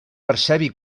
percebi